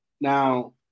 Now